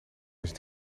eens